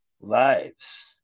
lives